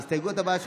ההסתייגות הבאה,